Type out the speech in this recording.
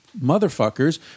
motherfuckers